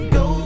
go